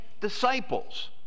disciples